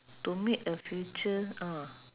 to meet a future uh